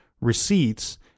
receipts